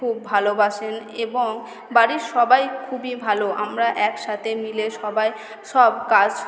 খুব ভালোবাসে এবং বাড়ির সবাই খুবই ভালো আমরা একসাথে মিলে সবার সব কাজ